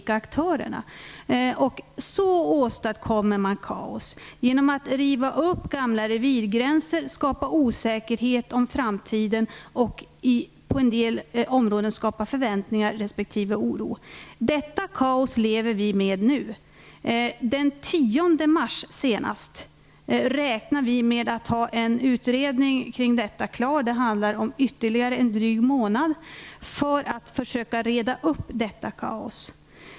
Kaos åstadkoms genom att man river upp gamla revirgränser och skapar osäkerhet om framtiden. På en del områden skapar man förväntningar, på andra oro. Detta kaos lever vi med nu. Vi räknar med att senast den 10 mars ha en utredning om detta klar. Det behövs ytterligare en dryg månad för att försöka reda upp detta kaos.